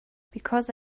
because